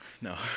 No